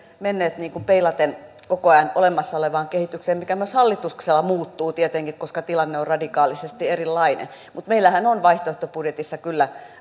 menneet peilaten koko ajan olemassa olevaan kehitykseen mikä myös hallituksella muuttuu tietenkin koska tilanne on radikaalisti erilainen mutta meillähän on vaihtoehtobudjetissa kyllä